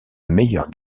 meilleure